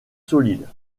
solides